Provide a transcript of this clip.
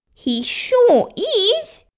he sure is!